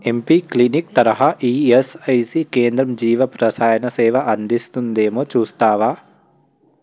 MP clinic తరహా ESIC కేంద్రం జీవప్ రసాయన సేవ అందిస్తుందేమో చూస్తావా